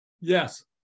Yes